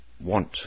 want